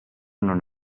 non